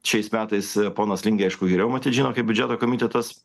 šiais metais ponas lingė aišku geriau matyt žino kaip biudžeto komitetas